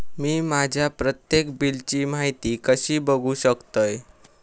मी माझ्या प्रत्येक बिलची माहिती कशी बघू शकतय?